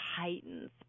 heightens